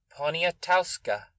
poniatowska